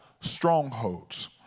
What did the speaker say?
strongholds